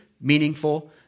meaningful